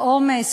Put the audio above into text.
בעומס,